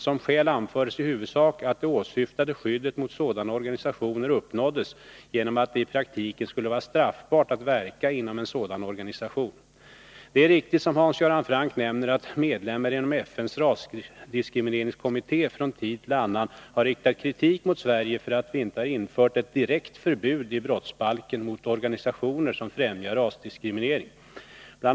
Som skäl anfördes i huvudsak att det åsyftade skyddet mot sådana organisationer uppnåddes genom att det i praktiken skulle vara straffbart att verka inom en sådan organisation. Det är riktigt som Hans Göran Franck nämner att medlemmar inom FN:s rasdiskrimineringskommitté från tid till annan har riktat kritik mot Sverige för att vi inte har infört ett direkt förbud i brottsbalken mot organisationer som främjar rasdiskriminering. Bl.